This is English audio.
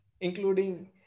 including